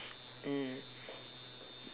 mm